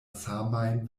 samajn